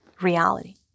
Reality